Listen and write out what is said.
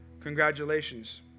congratulations